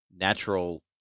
natural